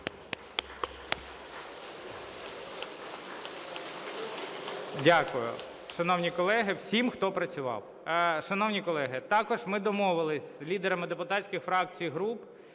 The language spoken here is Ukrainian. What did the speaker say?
Дякую, шановні колеги, всім, хто працював. Шановні колеги, також ми домовилися з лідерами депутатських фракцій і груп,